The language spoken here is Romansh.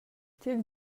tier